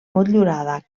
motllurada